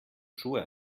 schuhe